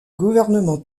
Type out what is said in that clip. gouvernement